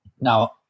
Now